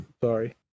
Sorry